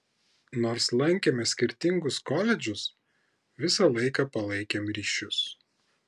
nors lankėme skirtingus koledžus visą laiką palaikėm ryšius